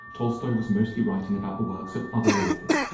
tolstoy was mostly writing about the works of other authors,